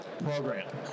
program